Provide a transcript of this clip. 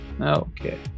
Okay